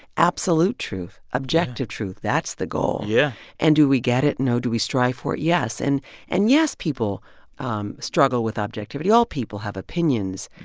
absolute truth, objective truth. that's the goal yeah and do we get it? no. do we strive for it? yes. and and yes, people um struggle with objectivity. all people have opinions.